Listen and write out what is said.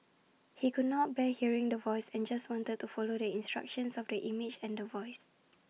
he could not bear hearing The Voice and just wanted to follow the instructions of the image and The Voice